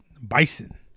Bison